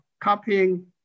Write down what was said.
copying